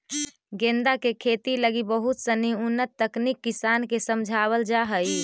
गेंदा के खेती लगी बहुत सनी उन्नत तकनीक किसान के समझावल जा हइ